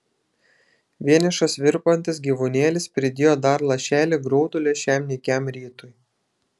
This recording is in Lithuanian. vienišas virpantis gyvūnėlis pridėjo dar lašelį graudulio šiam nykiam rytui